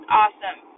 awesome